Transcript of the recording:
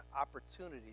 opportunity